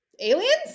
aliens